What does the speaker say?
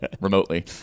remotely